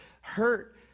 Hurt